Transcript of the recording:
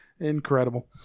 Incredible